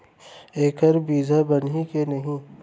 एखर बीजहा बनही के नहीं?